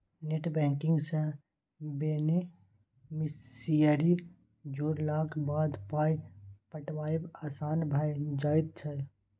net banking सँ beneficiary जोड़लाक बाद पाय पठायब आसान भऽ जाइत छै